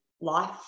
life